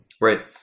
Right